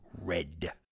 red